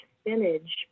spinach